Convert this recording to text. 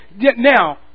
Now